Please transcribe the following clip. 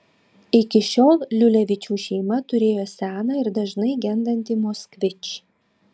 iki šiol liulevičių šeima turėjo seną ir dažnai gendantį moskvič